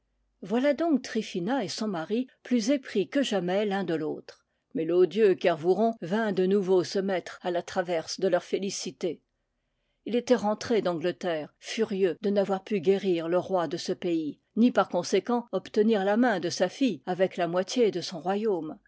voilà donc tryphina et son mari plus épris que jamais l'un de l'autre mais l'odieux kervouron vint de nouveau se mettre à la traverse de leur félicité il était rentré d'angleterre furieux de n'avoir pu guérir le roi de ce pays ni par conséquent obtenir la main de sa fille avec la moitié de son royaume